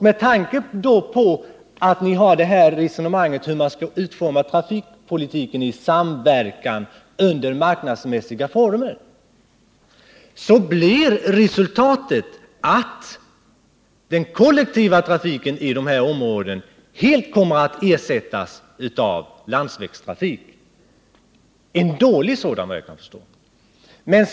Med tanke på resonemanget om att man skall utforma trafikpolitiken i samverkan ocn under marknadsmässiga former blir slutsatsen att den kollektiva trafiken i dessa områden kommer att helt ersättas av landsvägstrafik — en dålig sådan, vad jag kan förstå.